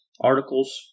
articles